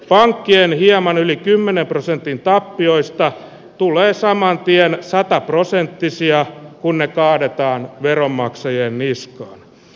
pankkien ja maan yli kymmenen prosentin tappioista tulee saamaan pienet sataprosenttisiah kun ne kaadetaan veronmaksajien niskaan